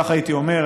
כך הייתי אומר.